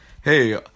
hey